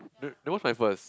uh then what's my first